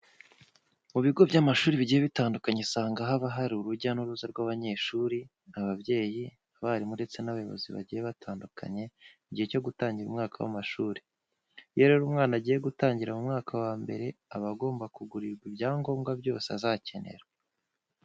Mu bigo by'amashuri bigiye bitandukanye usanga haba hari urujya n'uruza rw'abanyeshuri, ababyeyi, abarimu ndetse n'abayobozi bagiye batandukanye mu gihe cyo gutangira umwaka w'amashuri. Iyo rero umwana agiye gutangira mu mwaka wa mbere aba agomba kugurirwa ibyangombwa byose azakenera.